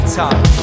time